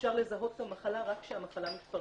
אפשר לזהות את המחלה רק כשהמחלה מתפרצת,